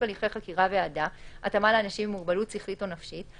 הליכי חקירה והעדה (התאמה לאנשים עם מוגבלות שכלית או נפשית),